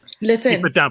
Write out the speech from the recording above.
Listen